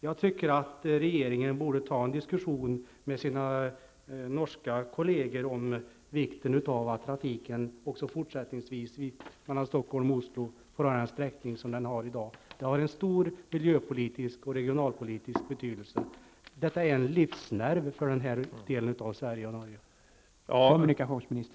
Jag tycker att regeringen borde ta en diskussion med sina norska kolleger om vikten av att trafiken mellan Stockholm och Oslo även fortsättningsvis får den sträckning som den har i dag. Det har stor regionalpolitisk och miljöpolitisk betydelse. Denna järnväg är en livsnerv för den här delen av Sverige.